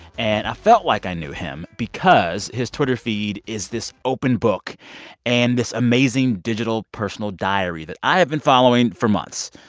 and i felt like i knew him because his twitter feed is this open book and this amazing digital, personal diary that i have been following for months.